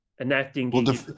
enacting